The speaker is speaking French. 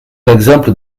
l’exemple